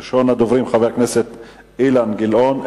ראשון הדוברים חבר הכנסת אילן גילאון.